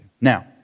Now